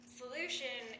solution